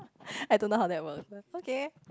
I don't know how that works but okay